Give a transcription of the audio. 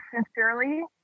sincerely